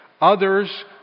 others